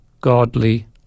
godly